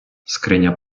скриня